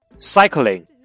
Cycling